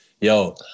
Yo